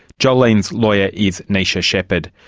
jolene's lawyer is neisha shepherd.